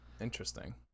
Interesting